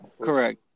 Correct